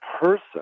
person